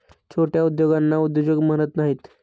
छोट्या उद्योगांना उद्योजक म्हणत नाहीत